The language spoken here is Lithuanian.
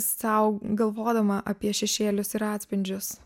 sau galvodama apie šešėlius ir atspindžius